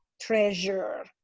treasure